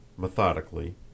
methodically